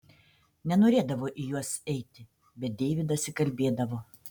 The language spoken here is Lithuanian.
nenorėdavo į juos eiti bet deividas įkalbėdavo